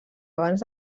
abans